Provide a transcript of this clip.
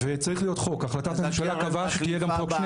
וצריך להיות חוק, החלטת הממשלה קבעה שיהיה גם חוק.